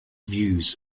views